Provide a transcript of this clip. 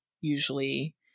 usually